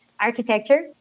Architecture